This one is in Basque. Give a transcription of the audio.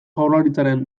jaurlaritzaren